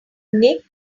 nick